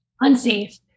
Unsafe